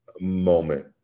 moment